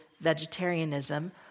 vegetarianism